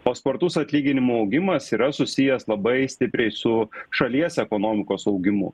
o spartus atlyginimų augimas yra susijęs labai stipriai su šalies ekonomikos augimu